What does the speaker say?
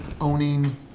owning